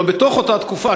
לא, בתוך אותה תקופה.